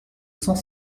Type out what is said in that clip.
cent